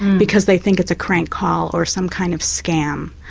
because they think it's a crank call, or some kind of scam.